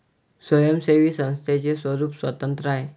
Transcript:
स्वयंसेवी संस्थेचे स्वरूप स्वतंत्र आहे